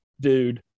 dude